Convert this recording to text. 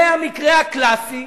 זה המקרה הקלאסי